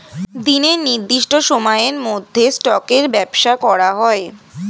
দিনের নির্দিষ্ট সময়ের মধ্যে স্টকের ব্যবসা করা হয়